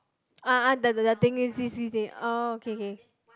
ah the the oh okay okay